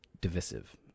divisive